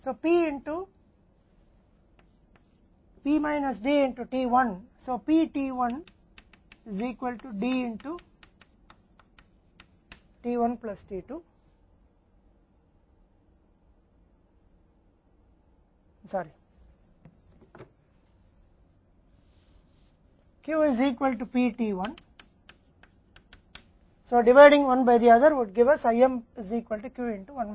तो p P minus D t1 इसलिए Pt1 बराबर है D t1 t2 Q बराबर है Pt1 डिवाइडेड बाय 1जो हमें दे देगा IM 1 बराबर है Q 1 D